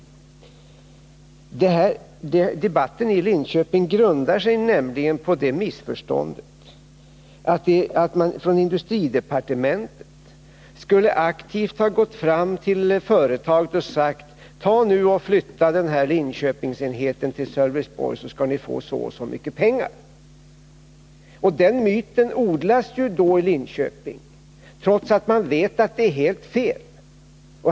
Debatten i Linköping grundar sig nämligen på det missförståndet att man från industridepartementet skulle aktivt ha gått fram till företaget och sagt: Tag nu och flytta den här Linköpingsenheten till Sölvesborg så skall ni få så och så mycket pengar! Den myten odlas i dag i Linköping, trots att man vet att det är helt fel.